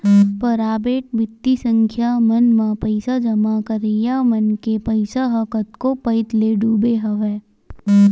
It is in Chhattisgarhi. पराबेट बित्तीय संस्था मन म पइसा जमा करइया मन के पइसा ह कतको पइत ले डूबे हवय